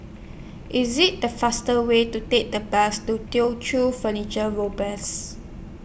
IS IT The faster Way to Take The Bus to Teochew Furniture